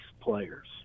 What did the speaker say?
players